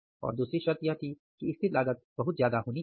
और दूसरी शर्त यह थी कि स्थिर लागत बहुत ज्यादा होनी चाहिए